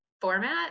format